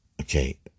Okay